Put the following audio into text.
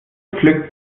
pflückt